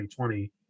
2020